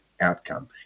outcome